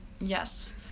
Yes